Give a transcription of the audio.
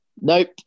Nope